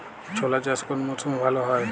ছোলা চাষ কোন মরশুমে ভালো হয়?